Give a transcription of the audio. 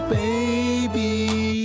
baby